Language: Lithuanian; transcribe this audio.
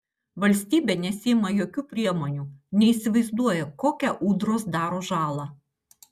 valstybė nesiima jokių priemonių neįsivaizduoja kokią ūdros daro žalą